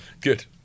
Good